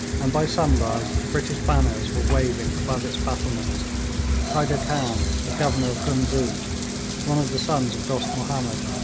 and by sunrise british banners were waving above its battlements hyder khan, the governor of ghuznee, one of the sons of dost mahomed,